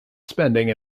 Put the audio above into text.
spending